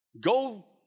Go